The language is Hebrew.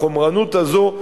החומרנות הזאת,